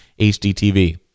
HDTV